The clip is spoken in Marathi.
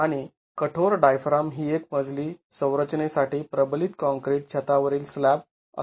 आणि कठोर डायफ्राम ही एक मजली संरचनेसाठी प्रबलित काँक्रीट छतावरील स्लॅब असू शकते